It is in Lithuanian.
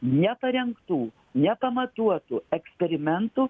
neparengtų nepamatuotų eksperimentų